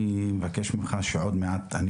אני מבקש ממך שעוד מעט תחליף אותי,